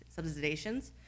subsidizations